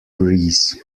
grease